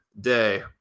day